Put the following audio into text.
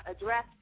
address